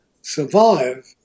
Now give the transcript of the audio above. survive